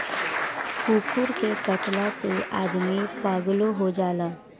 कुकूर के कटला से आदमी पागलो हो जाला